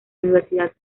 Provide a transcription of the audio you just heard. universidad